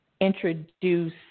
introduce